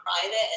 private